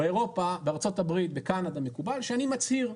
באירופה, בארה"ב, בקנדה מקובל שאני מצהיר.